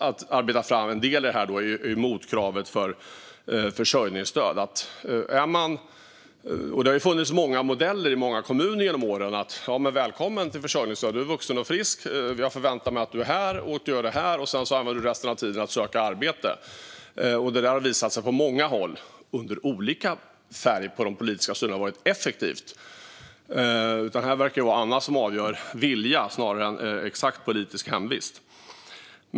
Att arbeta fram en del av det här var ju motkravet för försörjningsstöd. Det har funnits många varianter i kommunerna genom åren på modellen "välkommen till försörjningsstöd, du är vuxen och frisk, jag förväntar mig att du är här och att du gör det här, och så använder du resten av tiden åt att söka arbete". Detta har på många håll och under olika färgade politiska styren visat sig vara effektivt. Här verkar det vara annat som avgör: vilja snarare än exakt politisk hemvist.